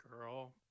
Girl